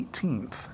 18TH